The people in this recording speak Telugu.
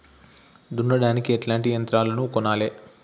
దున్నడానికి ఎట్లాంటి యంత్రాలను కొనాలే?